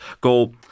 go